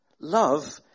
Love